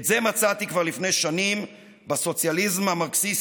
את זה מצאתי כבר לפני שנים בסוציאליזם המרקסיסטי.